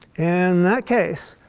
and that case,